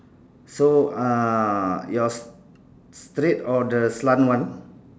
so uh yours straight or the slant one